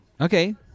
Okay